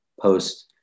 post-